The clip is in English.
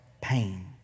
pain